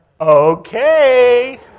okay